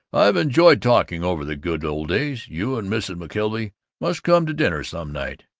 i've enjoyed talking over the good old days. you and mrs. mckelvey must come to dinner some night.